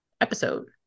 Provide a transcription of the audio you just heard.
episode